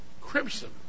Crimson